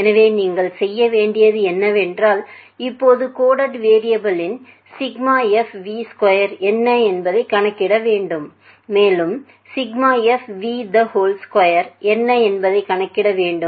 எனவே நீங்கள் செய்ய வேண்டியது என்னவென்றால் இப்போது கோடடு வேரியபுளின் fv2என்ன என்பதைக் கணக்கிட வேண்டும் மேலும் 2 என்ன என்பதைக் கணக்கிட வேண்டும்